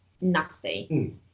nasty